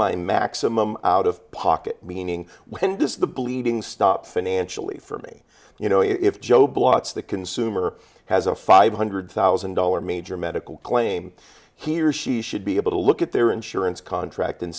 my maximum out of pocket meaning when does the bleeding stop financially for me you know if joe blotz the consumer has a five hundred thousand dollar major medical claim he or she should be able to look at their insurance contract and